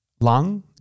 Lung